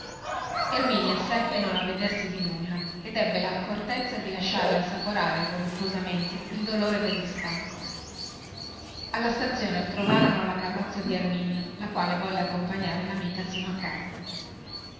erminia seppe non avvedersi di nulla ed ebbe laccortezza di lasciarle assaporare voluttuosamente il dolore del distacco alla stazione trovarono la carrozza di erminia la quale volle accompagnare lamica sino a casa